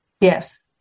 Yes